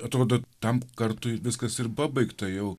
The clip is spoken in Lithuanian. atrodo tam kartui viskas ir pabaigta jau